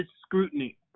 scrutiny